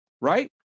right